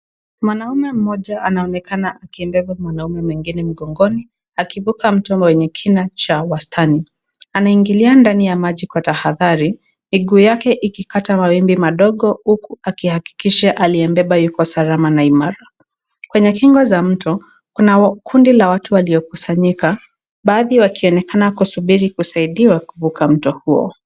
Mwanaume mmoja anaonekana akimbeba mwanaume mwingine mgongoni akivuka mto wenye kina cha wastani. Anaingilia ndani ya maji kwa tahadhari, miguu yake ikikata mawimbi madogo huku akihakikisha aliyebeba yuko salama na imara. Kwenye kingo za mto kuna kundi la watu waliokusanyika, baadhi wakionekana kusubiri kusaidiwa kuvuka mto huo.